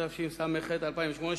התשס"ח 2008,